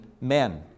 men